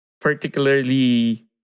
particularly